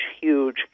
huge